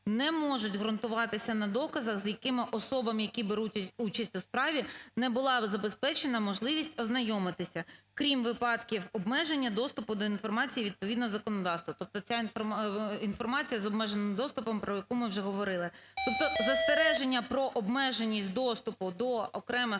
не можуть ґрунтуватися на доказах, з якими особам, які беруть участь у справі, не була забезпечена можливість ознайомитися, крім випадків обмеження доступу до інформації, відповідно законодавства. Тобто ця інформація з обмеженим доступом, про яку ми вже говорили. Тобто застереження про обмеженість доступу до окремих